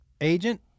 agent